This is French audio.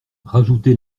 rajouter